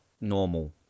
normal